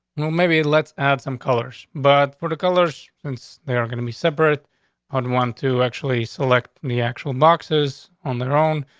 you know maybe let's add some colors, but for the colors, and so they're gonna be separate on one to actually select the actual boxes on their own.